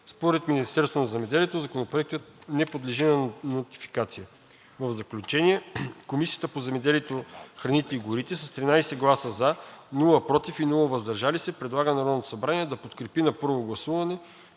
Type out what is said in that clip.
Според Министерството на земеделието Законопроектът не подлежи на нотификация. В заключение, Комисията по земеделието, храните и горите с 13 гласа „за“, без „против“ и „въздържал се“ предлага на Народното събрание да подкрепи на първо гласуване